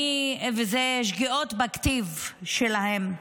שגיאות בכתיב שלהם.